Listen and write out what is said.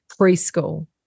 preschool